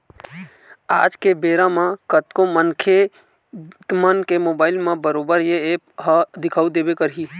आज के बेरा म कतको झन मनखे मन के मोबाइल म बरोबर ये ऐप ह दिखउ देबे करही